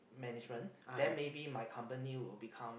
management then maybe my company will become